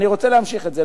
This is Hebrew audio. אני רוצה להמשיך את זה,